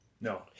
No